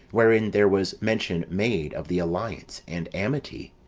wherein there was mention made of the alliance, and amity.